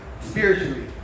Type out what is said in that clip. spiritually